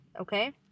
okay